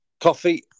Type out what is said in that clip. Coffee